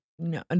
No